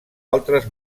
altres